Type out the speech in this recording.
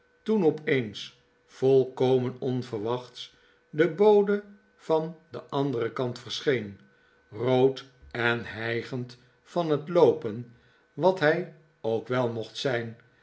toen opeens volkomen onverwachts de bode van den anderen kant verscheen rood en hijgend van het loopen wat hij ook wel mocht zijn